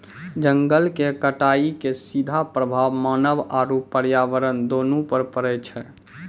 जंगल के कटाइ के सीधा प्रभाव मानव आरू पर्यावरण दूनू पर पड़ै छै